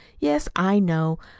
yes, i know,